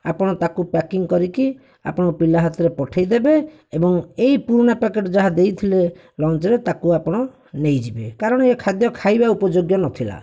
ଆପଣ ତାକୁ ପ୍ୟାକିଂ କରିକି ଆପଣ ପିଲା ହାତରେ ପଠେଇଦେବେ ଏବଂ ଏଇ ପୁରୁଣା ପ୍ୟାକେଟ ଯାହା ଦେଇଥିଲେ ଲଞ୍ଚରେ ତାକୁ ଆପଣ ନେଇଯିବେ କାରଣ ଏହି ଖାଦ୍ୟ ଖାଇବା ଉପଯୋଗ ନଥିଲା